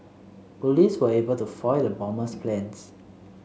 police were able to foil the bomber's plans